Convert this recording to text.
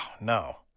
no